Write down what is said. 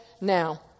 Now